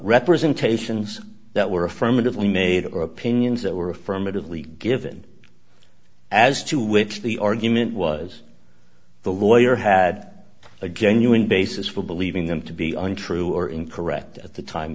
representations that were affirmatively made or opinions that were affirmatively given as to which the argument was the lawyer had a genuine basis for believing them to be untrue or incorrect at the time